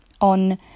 on